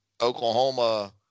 Oklahoma